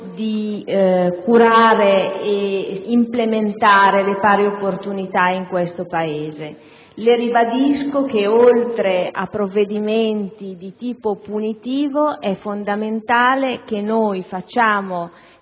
di curare e implementare le pari opportunità in questo Paese. Ribadisco che, oltre a provvedimenti di tipo punitivo, è fondamentale che si facciano